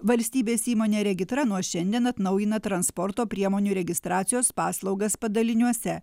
valstybės įmonė regitra nuo šiandien atnaujina transporto priemonių registracijos paslaugas padaliniuose